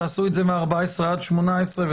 תעשו את זה מ-14 עד 18,